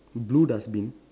blue dustbin